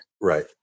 right